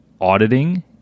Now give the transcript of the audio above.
auditing